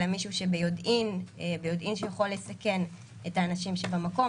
אלא מישהו שביודעין שהוא יכול לסכן את האנשים שבמקום,